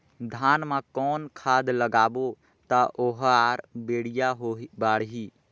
धान मा कौन खाद लगाबो ता ओहार बेडिया बाणही?